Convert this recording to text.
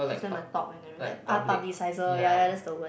give them a talk like ah publiciser ya ya ya that's the word